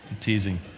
teasing